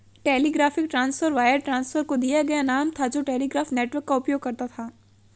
telegraphic transfer wire transfer को दिया गया नाम था जो टेलीग्राफ नेटवर्क का उपयोग करता था